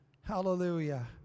hallelujah